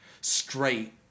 straight